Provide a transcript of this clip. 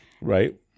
Right